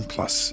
Plus